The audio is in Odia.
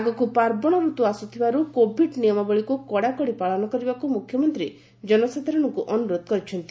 ଆଗକୁ ପାବ୍ବଶ ଋତୁ ଆସ୍ଥିବାରୁ କୋଭିଡ୍ ନିୟମାବଳୀକୁ କଡ଼ାକଡ଼ି ପାଳନ କରିବାକୁ ମୁଖ୍ୟମନ୍ତୀ ଜନସାଧାରଣଙ୍କୁ ଅନୁରୋଧ କରିଛନ୍ତି